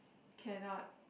cannot